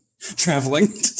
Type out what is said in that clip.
traveling